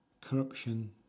Corruption